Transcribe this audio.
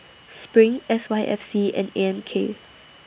SPRING S Y F C and A M K